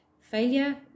failure